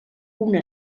una